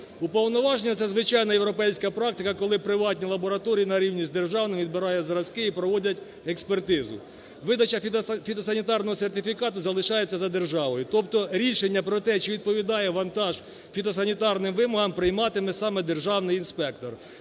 Уповноваження – це звичайна європейська практика, коли приватні лабораторії на рівні з державними відбирає зразки і проводять експертизу. Видача фітосанітарного сертифікату залишається за державою, тобто рішення про те, чи відповідає вантаж фітосанітарним вимогам, прийматиме саме державний інспектор.